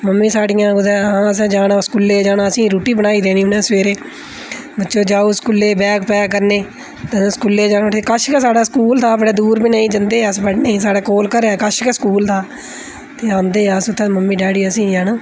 mummy साढ़ियां कुतै जाना स्कूलै गी जाना असें रुट्टी बनाई देनी उ'नें असें गी सवेरै बच्चो जाओ स्कूलै गी बैग पैक करने ते स्कूलै गी जाना उठी कश गै साढ़ा स्कूल था बड़े दूर बी नेईं जंदे अस पढ़ने गी साढ़े कोल घरा कश गै स्कूल हा ते औंदे हे अस उत्थै मम्मी डैडी असें गी है ना